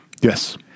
Yes